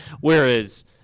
Whereas